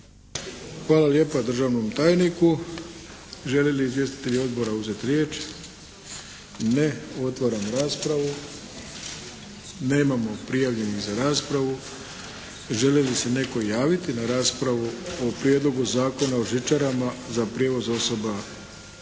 Hvala lijepa državnom tajniku. Žele li izvjestitelji Odbora uzeti riječ? Ne. Otvaram raspravu. Nemamo prijavljenih za raspravu. Želi li se netko javiti na raspravu o Prijedlogu zakona o žičarama za prijevoz osoba.